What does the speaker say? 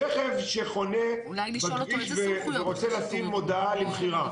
רכב שחונה בכביש ורוצה לשים מודעה למכירה.